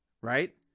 right